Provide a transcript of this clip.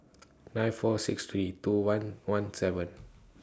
nine four six three two one one seven